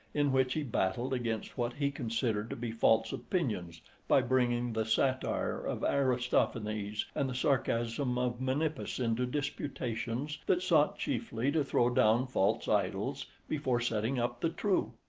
in which he battled against what he considered to be false opinions by bringing the satire of aristophanes and the sarcasm of menippus into disputations that sought chiefly to throw down false idols before setting up the true.